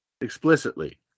explicitly